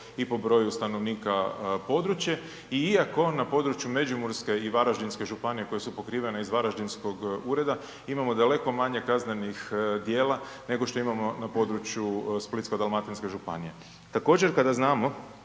i po broju stanovnika područje i iako na području Međimurske i Varaždinske županije koje su pokrivene iz varaždinskog ureda imamo daleko manje kaznenih djela nego što imamo na području Splitsko-dalmatinske županije. Također kada znamo